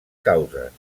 causes